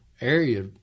area